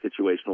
situational